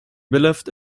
believed